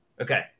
Okay